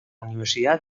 universidad